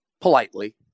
Politely